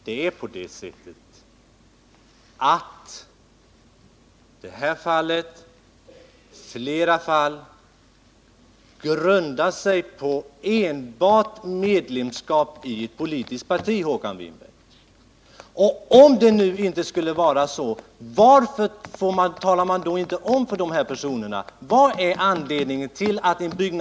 Herr talman! Detta fall och flera andra fall grundar sig enbart på medlemsskap i politiskt parti, Håkan Winberg. Om det nu inte skulle vara så, varför talar man då inte om anledningen för dessa personer?